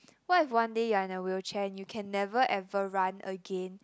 what if one day you're in a wheelchair and you can never ever run again